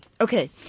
Okay